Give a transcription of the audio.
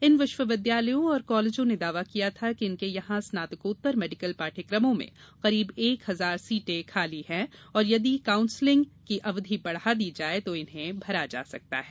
इन विश्वविद्यालयों और कॉलेजों ने दावा किया था कि इनके यहां स्नात्कोत्तर मेडिकल पाठ्यक्रमों में करीब एक हजार सीटें खाली हैं और यदि कांउसलिंग की अवधि बढ़ा दी जाए तो इन्हें भरा जा सकता है